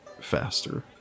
faster